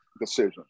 decision